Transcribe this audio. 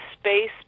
space